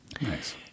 Nice